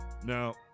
Now